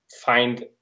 find